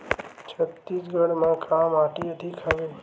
छत्तीसगढ़ म का माटी अधिक हवे?